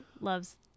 loves